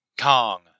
Kong